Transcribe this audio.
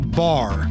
bar